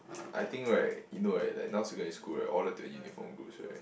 I think right you know right like now secondary school right all the uniformed groups right